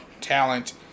talent